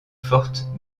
forte